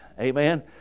Amen